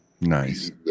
Nice